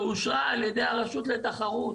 שאושרה על ידי הרשות לתחרות